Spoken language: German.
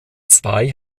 zwei